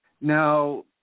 now